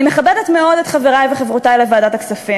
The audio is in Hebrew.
אני מכבדת מאוד את חברי וחברותי לוועדת הכספים,